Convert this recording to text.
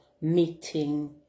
meeting